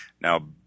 now